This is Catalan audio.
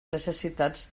necessitats